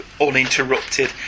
uninterrupted